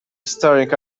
staring